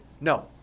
No